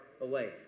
away